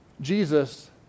Jesus